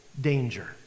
danger